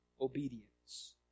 obedience